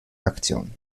aktion